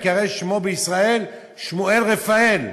ייקרא שמו בישראל: שמואל רפאל,